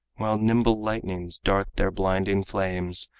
while nimble lightnings dart their blinding flames,